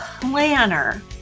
planner